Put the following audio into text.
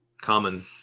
common